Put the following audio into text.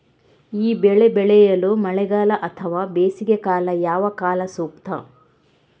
ಈ ಬೆಳೆ ಬೆಳೆಯಲು ಮಳೆಗಾಲ ಅಥವಾ ಬೇಸಿಗೆಕಾಲ ಯಾವ ಕಾಲ ಸೂಕ್ತ?